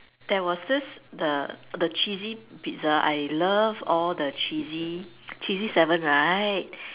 there was this the the cheesy Pizza I love all the cheesy cheesy seven right